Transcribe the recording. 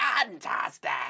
fantastic